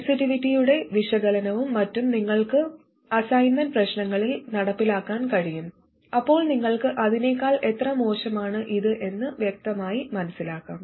സെൻസിറ്റിവിറ്റിയുടെ വിശകലനവും മറ്റും നിങ്ങൾക്ക് അസൈൻമെന്റ് പ്രശ്നങ്ങളിൽ നടപ്പിലാക്കാൻ കഴിയും അപ്പോൾ നിങ്ങൾക്ക് അതിനെക്കാൾ എത്ര മോശമാണ് ഇത് എന്ന് വ്യക്തമായി മനസ്സിലാകും